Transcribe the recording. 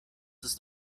ist